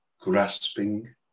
grasping